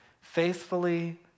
Faithfully